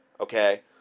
Okay